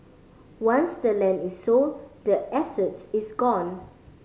once the land is sold the asset is gone